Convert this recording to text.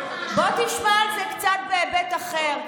בוא תשמע על זה קצת בהיבט אחר,